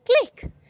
click